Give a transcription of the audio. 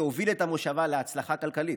שהביא את המושבה להצלחה כלכלית.